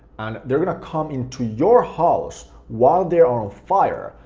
and they're gonna come into your house while they're on fire.